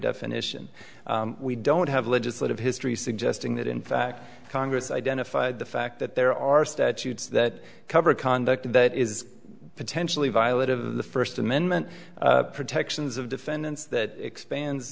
definition we don't have a legislative history suggesting that in fact congress identified the fact that there are statutes that cover conduct that is potentially violent of the first amendment protections of defendants that expands